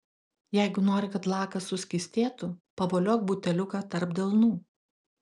jeigu nori kad lakas suskystėtų pavoliok buteliuką tarp delnų